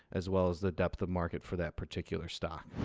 as well as the depth of market for that particular stock.